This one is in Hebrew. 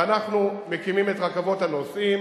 ואנחנו מקימים את רכבות הנוסעים.